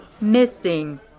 missing